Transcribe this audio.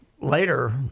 later